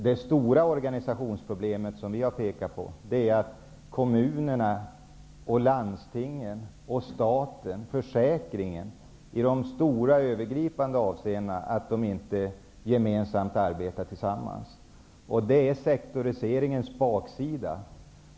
Det stora organisationsproblem vi har pekat på är att kommunerna, landstingen, staten och försäkringskassan i de stora övergripande avseendena inte gemensamt arbetar tillsammans. Det är sektoriseringens baksida.